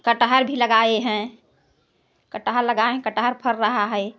कटहल भी लगाए हैं कटहल लगाए हैं कटहल फर रहा है